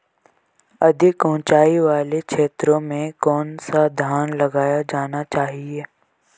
अधिक उँचाई वाले क्षेत्रों में कौन सा धान लगाया जाना चाहिए?